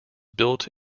built